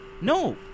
No